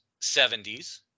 70s